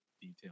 detail